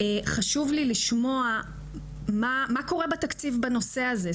חשוב לי לשמוע מה קורה בתקציב בנושא הזה?